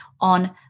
on